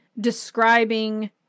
describing